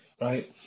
Right